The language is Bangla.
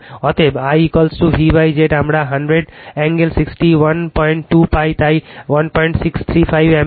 অতএব IVZ আমরা 100 কোণ 612 পাই তাই 1635 অ্যাম্পিয়ার